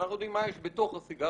אנחנו יודעים מה יש בתוך הסיגריה,